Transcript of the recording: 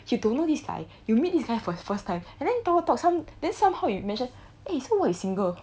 you don't know this guy you meet this guy for the first time and then talk talk talk some then somehow you mentioned eh so why you single